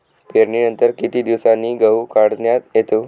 पेरणीनंतर किती दिवसांनी गहू काढण्यात येतो?